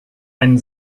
einen